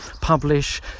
publish